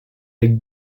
avec